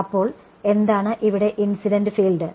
അപ്പോൾ എന്താണ് ഇവിടെ ഇൻസിഡന്റ് ഫീൽഡ്